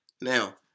Now